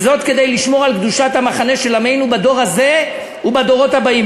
וזאת כדי לשמור על קדושת המחנה של עמנו בדור הזה ובדורות הבאים.